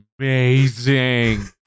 amazing